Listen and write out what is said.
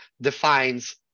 defines